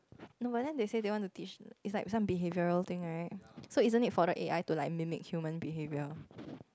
no but then they say they want to teach it's like some behavioural thing right so isn't it like for the A_I to mimic human behaviour